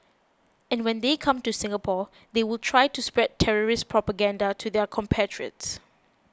and when they come to Singapore they will try to spread terrorist propaganda to their compatriots